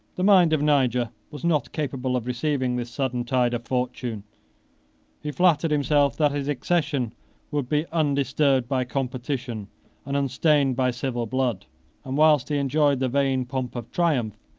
the mind of niger was not capable of receiving this sudden tide of fortune he flattered himself that his accession would be undisturbed by competition and unstained by civil blood and whilst he enjoyed the vain pomp of triumph,